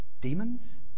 demons